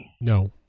No